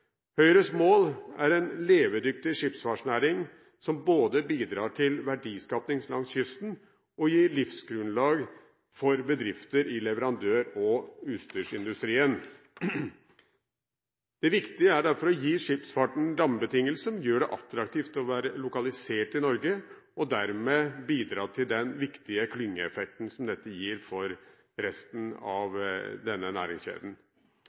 Høyres mål er en levedyktig skipsfartsnæring som både bidrar til verdiskaping langs kysten og gir livsgrunnlag for bedrifter i leverandør- og utstyrsindustrien. Det viktige er derfor å gi skipsfarten rammebetingelser som gjør det attraktivt å være lokalisert i Norge, og dermed bidra til den viktige klyngeeffekten som dette gir for resten av denne næringskjeden.